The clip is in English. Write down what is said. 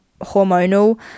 hormonal